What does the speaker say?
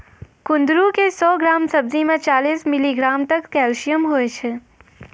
कुंदरू के सौ ग्राम सब्जी मे चालीस मिलीग्राम तक कैल्शियम हुवै छै